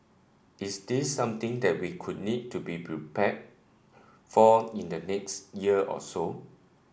is this something that we would need to be prepared for in the next year or so